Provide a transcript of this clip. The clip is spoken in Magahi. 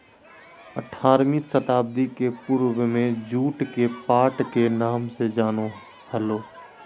आठारहवीं शताब्दी के पूर्व में जुट के पाट के नाम से जानो हल्हो